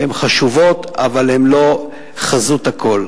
הן חשובות אבל הן לא חזות הכול.